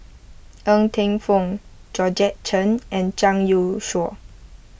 Ng Teng Fong Georgette Chen and Zhang Youshuo